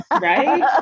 Right